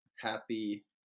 happy